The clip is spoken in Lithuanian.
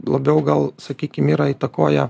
labiau gal sakykim yra įtakoja